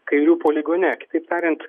kairių poligone kitaip tariant